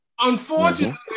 Unfortunately